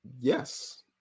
Yes